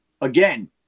again